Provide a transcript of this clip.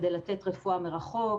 כדי לתת רפואה מרחוק.